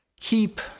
keep